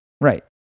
Right